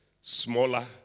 smaller